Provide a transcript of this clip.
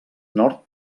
nord